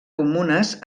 comunes